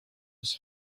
his